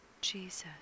Jesus